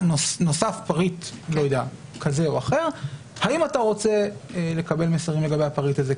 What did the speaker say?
לא כל המסרים יוכלו להישלח לפי הצעת החוק.